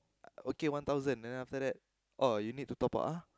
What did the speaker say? okay one thousand then after that oh you need to top up ah